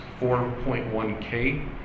4.1K